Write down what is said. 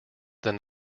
than